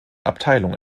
abteilung